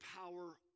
power